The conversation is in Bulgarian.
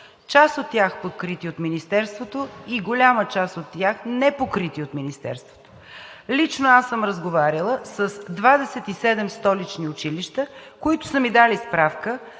част от тях, покрити от Министерството, и голяма част от тях, непокрити от Министерството. Лично аз съм разговаряла с 27 столични училища, които са ми дали справка,